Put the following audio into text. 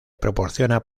proporciona